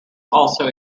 also